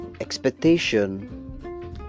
expectation